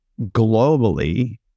globally